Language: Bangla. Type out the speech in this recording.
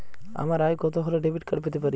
আমার আয় কত হলে ডেবিট কার্ড পেতে পারি?